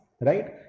right